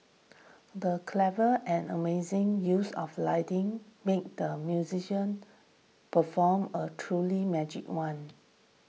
the clever and amazing use of lighting made the musician perform a truly magic one